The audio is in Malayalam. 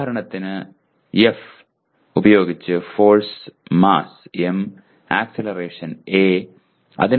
ഉദാഹരണത്തിന് F force mass m acceleration a